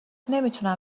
نمیتونم